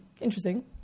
interesting